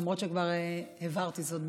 למרות שכבר הבהרתי זאת בעבר.